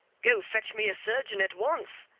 go fetch me a surgeon at once!